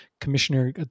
commissioner